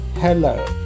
Hello